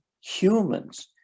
humans